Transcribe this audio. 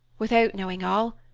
without knowing all,